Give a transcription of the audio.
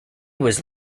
was